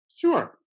Sure